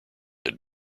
had